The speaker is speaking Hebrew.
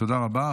תודה רבה.